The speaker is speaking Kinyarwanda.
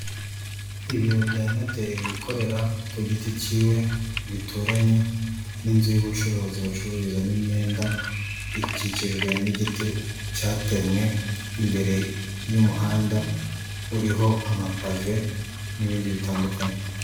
Ibiro bya noteri wikorera ku giti cy'iwe bituranye n'inzu y'ubucuruzi bacururizamo imyenda ikikijwe n'igiti cyatemwe imbere y'umuhanda uriho amapave n'ibindi bitandukanye.